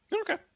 Okay